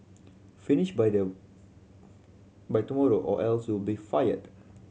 finish by their by tomorrow or else you'll be fired